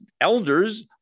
elders